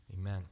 Amen